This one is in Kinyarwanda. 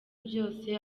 byose